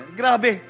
grabe